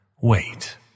Wait